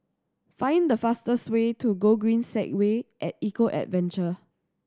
find the fastest way to Gogreen Segway At Eco Adventure